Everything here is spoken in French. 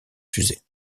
fusées